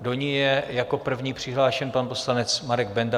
Do ní je jako první přihlášen pan poslanec Marek Benda.